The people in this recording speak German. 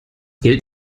geld